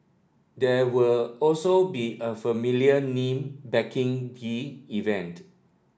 there will also be a familiar name backing the event